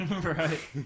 Right